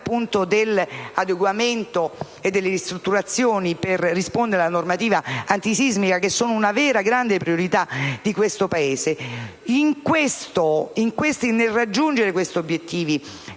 dell'adeguamento e delle ristrutturazioni per rispondere alla normativa antisismica che rappresenta una vera, grande priorità in questo Paese. Nel porre tali obiettivi,